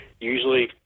Usually